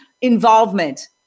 involvement